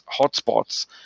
hotspots